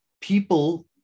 people